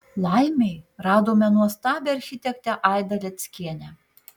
laimei radome nuostabią architektę aidą leckienę